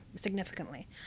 significantly